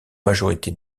majorité